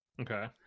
Okay